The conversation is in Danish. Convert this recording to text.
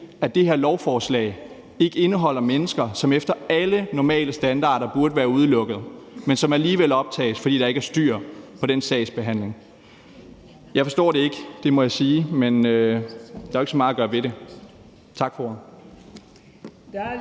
at det her lovforslag ikke omfatter mennesker, som efter alle normale standarder burde være udelukket, men som alligevel optages, fordi der ikke er styr sagsbehandlingen. Jeg forstår det ikke. Det må jo sige, men der er jo ikke så meget gør ved det. Tak for ordet.